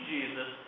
Jesus